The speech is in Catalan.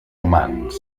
humans